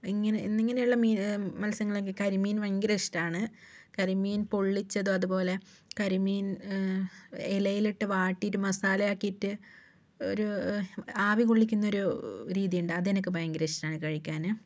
ഇങ്ങനെ എന്നിങ്ങനെയുള്ള മത്സ്യങ്ങൾ എനിക്ക് കരിമീൻ ഭയങ്കര ഇഷ്ടമാണ് കരിമീൻ പൊള്ളിച്ചത് അതുപോലെ കരിമീൻ ഇലയിലിട്ട് വാട്ടിയിട്ട് മസാല ആക്കിയിട്ട് ഒരു ആവി കൊള്ളിക്കുന്ന ഒരു രീതി ഉണ്ട് അതെനിക്ക് ഭയങ്കര ഇഷ്ടമാണ് കഴിക്കാൻ